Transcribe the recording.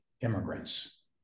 immigrants